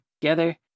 together